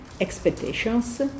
expectations